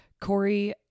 Corey